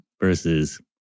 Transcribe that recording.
versus